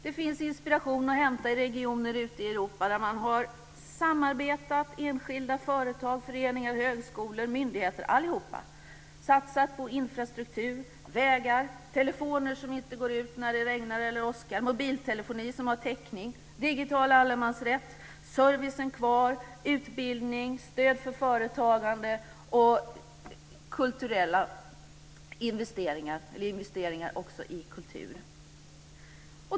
Det finns inspiration att hämta i regioner ute i Europa där enskilda företag, föreningar, högskolor och myndigheter har samarbetat. Man har satsat på infrastruktur, vägar, telefoner som inte slutar att fungera när det regnar eller åskar, mobiltelefoni som har täckning, digital allemansrätt, service, utbildning, stöd för företagande och också investeringar i kultur.